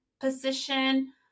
position